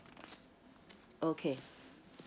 okay